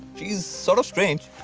she's sort of strange,